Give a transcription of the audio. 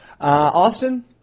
Austin